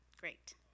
great